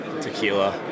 tequila